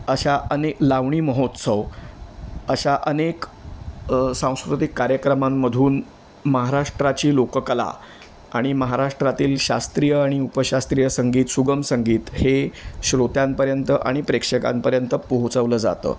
अशा अनेक लावणी महोत्सव अशा अनेक सांस्कृतिक कार्यक्रमांमधून महाराष्ट्राची लोककला आणि महाराष्ट्रातील शास्त्रीय आणि उपशास्त्रीय संगीत सुगम संगीत हे श्रोत्यांपर्यंत आणि प्रेक्षकांपर्यंत पोहचवलं जातं